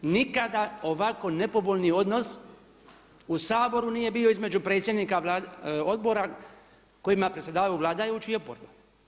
Nikada ovako nepovoljni odnos u Saboru nije bio između predsjednika odbora kojima predsjedavaju vladajući i oporba.